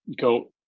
go